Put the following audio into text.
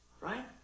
Right